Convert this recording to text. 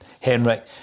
Henrik